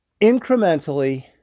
Incrementally